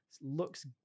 looks